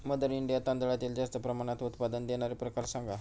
mother India तांदळातील जास्त प्रमाणात उत्पादन देणारे प्रकार सांगा